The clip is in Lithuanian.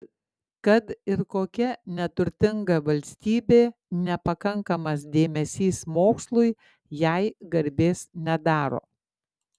kad ir kokia neturtinga valstybė nepakankamas dėmesys mokslui jai garbės nedaro